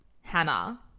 Hannah